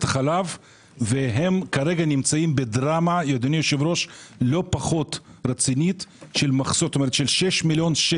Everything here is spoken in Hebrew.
החלב שכרגע נמצאים בדרמה לא פחות רצינית וללא שום טיפול.